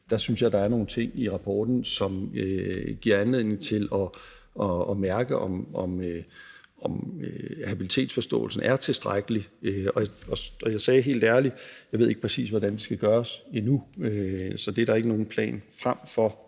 synes jeg, der er nogle ting i rapporten, som giver anledning til at mærke, om habilitetsforståelsen er tilstrækkelig, og jeg sagde helt ærligt, at jeg ikke præcis ved, hvordan det skal gøres endnu, så det er der ikke nogen fremtidig